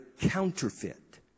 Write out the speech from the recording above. counterfeit